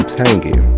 tangy